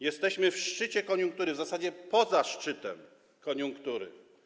Jesteśmy w szczycie koniunktury, w zasadzie poza szczytem koniunktury.